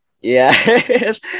Yes